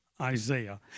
Isaiah